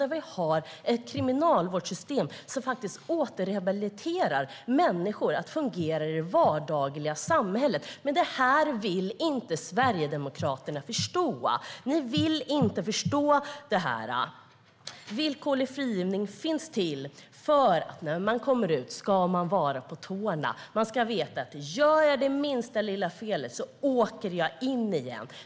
Det handlar om ett kriminalvårdssystem som faktiskt återrehabiliterar människor, så att de fungerar i det vardagliga samhället. Men det här vill inte Sverigedemokraterna förstå. Ni vill inte förstå det här. Villkorlig frigivning finns till för att man ska vara på tårna när man kommer ut. Man ska veta att man åker in igen om man gör minsta lilla fel.